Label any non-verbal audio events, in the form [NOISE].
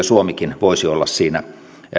[UNINTELLIGIBLE] suomikin voisi olla siinä